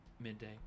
midday